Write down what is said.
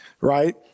Right